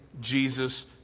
Jesus